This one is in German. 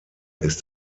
ist